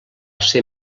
ser